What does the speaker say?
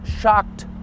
shocked